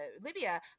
Libya